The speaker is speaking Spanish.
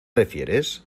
refieres